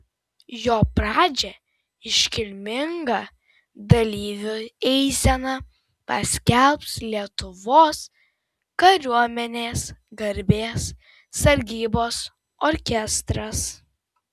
jo pradžią iškilminga dalyvių eisena paskelbs lietuvos kariuomenės garbės sargybos orkestras